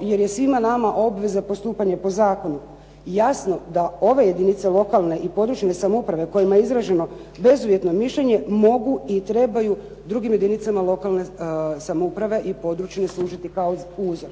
jer je svima nama obveza postupanje po zakonu. Jasno da ove jedinice lokalne i područne samouprave kojima je izraženo bezuvjetno mišljenje mogu i trebaju drugim jedinicama lokalne samouprave i područne služiti kao uzor.